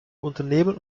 unternehmen